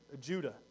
Judah